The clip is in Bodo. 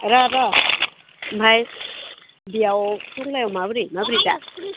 र' र' ओमफ्राय बेयाव टंलायाव माबोरै माबोरै दा